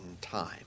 time